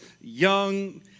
young